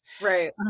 Right